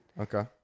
Okay